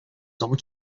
some